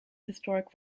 historic